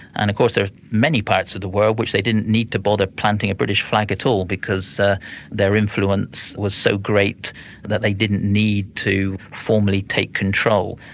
and of course there are many parts of the world which they didn't need to bother planting a british flag at all, because their influence was so great that they didn't need to formally take control.